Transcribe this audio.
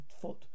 foot